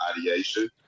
ideation